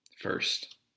First